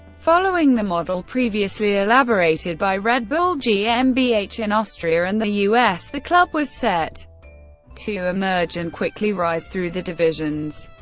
following the model previously elaborated by red bull gmbh in austria and the us, the club was set to emerge and quickly rise through the divisions.